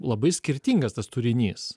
labai skirtingas tas turinys